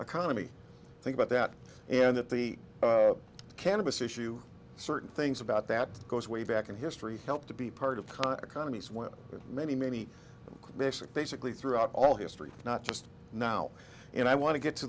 economy think about that and that the cannabis issue certain things about that goes way back in history help to be part of the economy as well many many basic basically throughout all history not just now and i want to get to